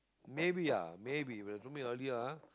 maybe lah maybe when I come here earlier ah